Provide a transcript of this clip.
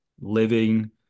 living